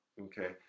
Okay